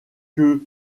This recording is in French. que